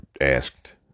asked